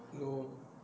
no